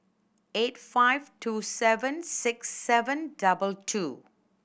eight five two seven six seven double two